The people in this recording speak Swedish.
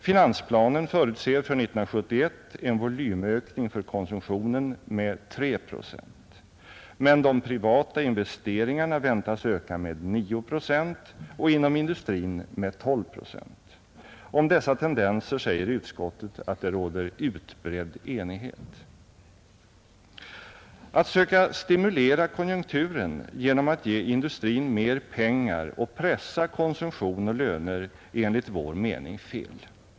Finansplanen förutser för 1971 en volymökning för konsumtionen med 3 procent. Men de privata investeringarna väntas öka med 9 procent och inom industrin med 12 procent. Om dessa tendenser säger utskottet att det råder ”utbredd enighet”. Att söka stimulera konjunkturen genom att ge industrin mer pengar och pressa konsumtion och löner är enligt vår mening fel.